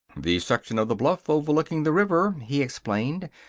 the section of the bluff overlooking the river, he explained,